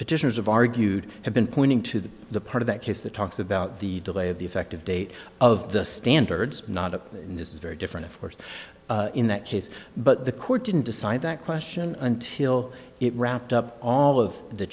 petitioners have argued have been pointing to the part of that case the talks about the delay of the effective date of the standards not in this is very different of course in that case but the court didn't decide that question until it wrapped up all of the